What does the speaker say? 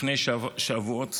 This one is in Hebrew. לפני שבועות ספורים.